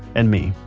and me,